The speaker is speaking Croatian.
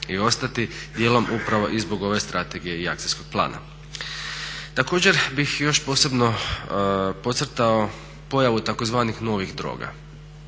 i ostati, dijelom upravo i zbog ove strategije i akcijskog plana. Također bih još posebno podcrtao pojavu tzv. "novih droga".